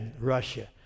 Russia